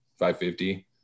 550